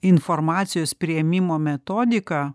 informacijos priėmimo metodiką